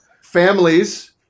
families